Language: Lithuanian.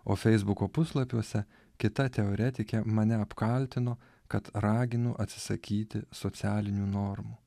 o feisbuko puslapiuose kita teoretikė mane apkaltino kad raginu atsisakyti socialinių normų